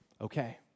okay